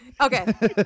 Okay